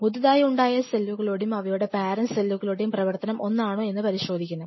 പുതുതായി ഉണ്ടായ സെല്ലുകളുടെയും അവയുടെ പാരന്റ് സെല്ലുകളുടെയും പ്രവർത്തനം ഒന്നാണോ എന്ന് പരിശോധിക്കണം